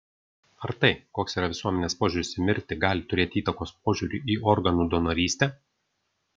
ar tai koks yra visuomenės požiūris į mirtį gali turėti įtakos požiūriui į organų donorystę